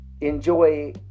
Enjoy